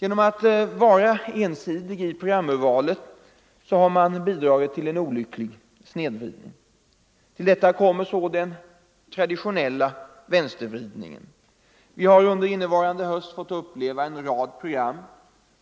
Genom att sålunda vara ensidig i sitt programurval har man bidragit till en olycklig snedvridning. Till detta kommer så den mera ”traditionella vänstervridningen”. Vi har innevarande höst fått uppleva en rad program